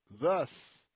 thus